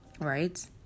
Right